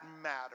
matter